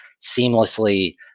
seamlessly